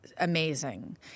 amazing